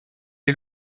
est